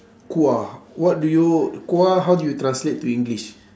kuah what do you kuah how do you translate to english